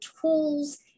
tools